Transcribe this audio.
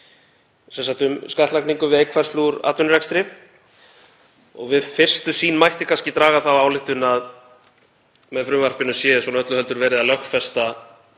sem sagt um skattlagningu við eignfærslu úr atvinnurekstri. Við fyrstu sýn mætti kannski draga þá ályktun að með frumvarpinu sé öllu heldur verið að lögfesta